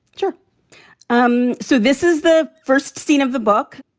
sure um so this is the first scene of the book.